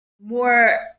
more